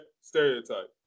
stereotype